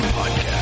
Podcast